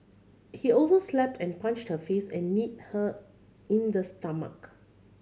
he also slapped and punched her face and kneed her in the stomach